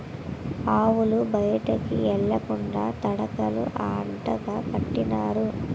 ఆవులు బయటికి ఎల్లకండా తడకలు అడ్డగా కట్టినారు